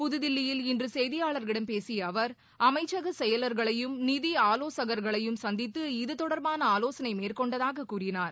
புதுதில்லியில் இன்று செய்தியாளர்களிடம் பேசிய அவர் அமைச்சக செயலர்களையும் நிதி ஆலோசகர்களையும் சந்திதது இது தொடர்பான ஆலோசனை மேற்கொண்டதாக கூறினார்